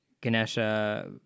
ganesha